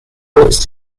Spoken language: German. ist